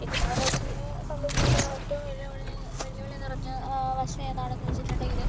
ചിത്രരചനയെ സംബന്ധിച്ചിടത്തോളം ഏറ്റവും വെല്ലുവിളി വെല്ലിവിളി നിറഞ്ഞ വശം ഏതാണെന്ന് വെച്ചിട്ടുണ്ടെങ്കില്